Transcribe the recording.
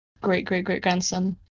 great-great-great-grandson